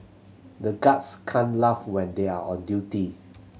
the guards can't laugh when they are on duty